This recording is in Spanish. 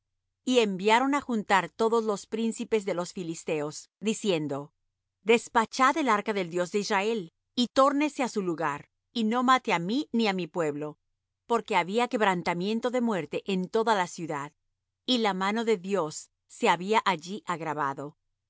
y enviaron á juntar todos los príncipes de los filisteos diciendo despachad el arca del dios de israel y tórnese á su lugar y no mate á mí ni á mi pueblo porque había quebrantamiento de muerte en toda la ciudad y la mano de dios se había allí agravado